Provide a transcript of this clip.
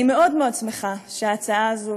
אני מאוד מאוד שמחה שההצעה הזאת,